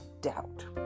doubt